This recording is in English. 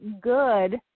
good